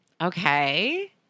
Okay